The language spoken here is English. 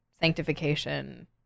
sanctification